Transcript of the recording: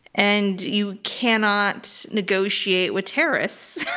and you cannot negotiate with terrorists.